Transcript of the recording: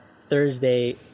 Thursday